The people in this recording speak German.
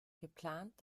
geplant